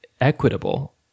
equitable